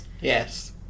Yes